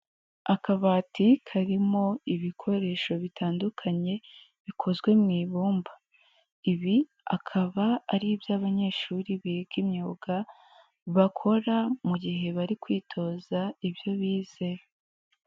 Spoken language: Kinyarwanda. Akabati karimo ibikoresho bitandukanye, bikozwe mu ibumba. Ibi akaba ari iby'abanyeshuri biga imyuga, bakora mu gihe bari kwitoza ibyo bize.